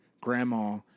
grandma